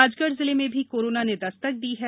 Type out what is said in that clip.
राजगढ़ जिले में भी कोरोना ने दस्तक दी है